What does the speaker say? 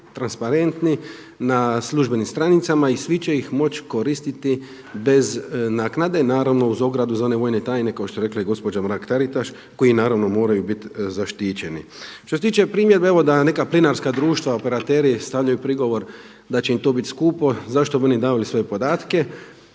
transparentni na službenim stranicama i svi će ih moći koristiti bez naknade, naravno uz ogradu za one vojne tajne kao što je rekla i gospođa Mrak Taritaš koji naravno mogu biti zaštićeni. Što se tiče primjedbe da neka plinarska društva, operateri stavljaju prigovor da će im to biti skupo, zašto bi oni davali svoje podatke,